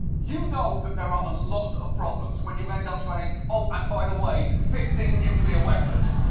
you know that there are a lot of problems when you end up saying, oh, and by the way, fifteen nuclear weapons.